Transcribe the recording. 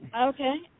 Okay